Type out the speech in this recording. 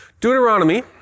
Deuteronomy